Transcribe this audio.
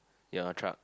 your truck